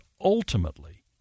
ultimately